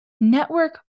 Network